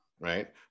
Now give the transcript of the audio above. right